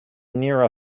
near